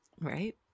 Right